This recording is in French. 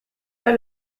pas